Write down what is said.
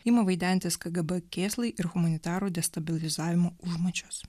ima vaidentis kad kgb kėslai ir humanitarų destabilizavimo užmačios